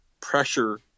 pressure